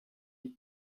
est